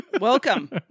welcome